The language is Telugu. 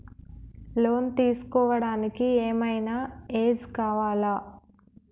లోన్ తీస్కోవడానికి ఏం ఐనా ఏజ్ కావాలా?